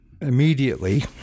Immediately